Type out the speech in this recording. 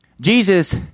Jesus